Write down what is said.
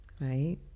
right